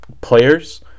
players